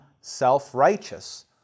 self-righteous